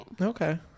Okay